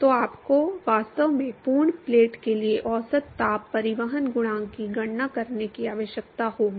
तो आपको वास्तव में पूर्ण प्लेट के लिए औसत ताप परिवहन गुणांक की गणना करने की आवश्यकता होगी